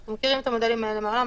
אנחנו מכירים את המודלים האלה מהעולם,